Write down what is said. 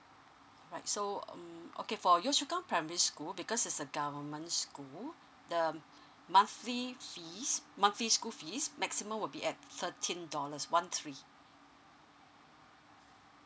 right so um okay for yio chu kang primary school because is a government school the monthly fees monthly school fees maximum will be at thirteen dollars one three